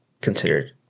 considered